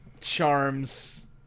Charms